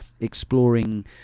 exploring